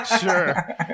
Sure